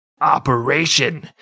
Operation